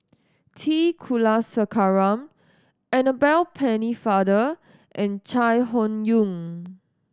T Kulasekaram Annabel Pennefather and Chai Hon Yoong